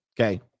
Okay